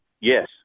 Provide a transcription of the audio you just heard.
Yes